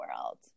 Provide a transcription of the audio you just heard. world